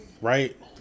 Right